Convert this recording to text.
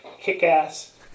kick-ass